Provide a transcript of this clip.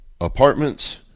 apartments